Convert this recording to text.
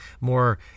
more